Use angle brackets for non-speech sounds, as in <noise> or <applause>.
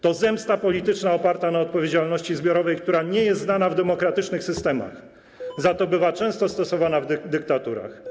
To zemsta polityczna oparta na odpowiedzialności zbiorowej, która nie jest znana w demokratycznych systemach, <noise> za to bywa często stosowana w dyktaturach.